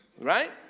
right